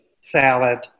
salad